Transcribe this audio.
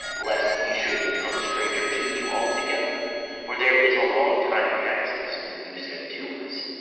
lest we should become stranger to you altogether for there is a long time passed since you sent to us.